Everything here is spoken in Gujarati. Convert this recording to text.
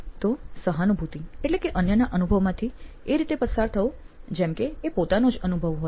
તો સહાનુભૂતિ એટલે કે અન્યના અનુભવમાંથી એ રીતે પસાર થવું જેમ કે એ પોતાનો જ અનુભવ હોય